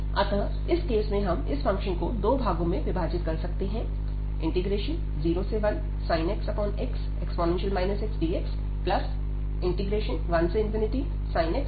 अतः इस केस में हम इस फंक्शन को दो भागों में विभाजित कर सकते हैं 01sin x xe x dx1sin x xe x dx